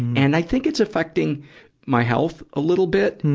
and i think it's affecting my health a little bit,